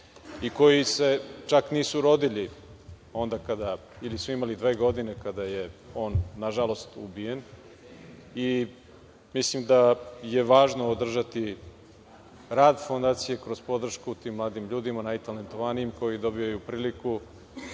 i koji se čak nisu rodili ili su imali dve godine kada je on, nažalost, ubijen. Mislim da je važno održati rad fondacije kroz podršku tim mladim ljudima, najtalentovanijim, koji dobijaju priliku